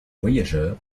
voyageur